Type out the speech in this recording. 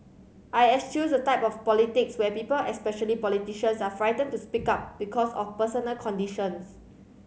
I eschew the type of politics where people especially politicians are frightened to speak up because of personal considerations